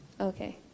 Okay